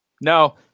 No